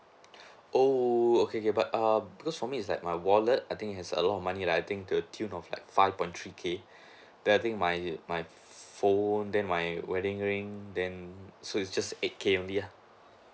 oh okay okay but err because for me is like my wallet I think has a lot of money lah I think the tune of like five point three K then I think my my phone then my wedding ring then so it's just eight K only uh